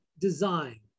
design